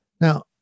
Now